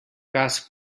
cas